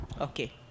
Okay